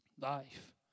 life